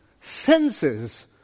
senses